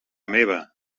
meva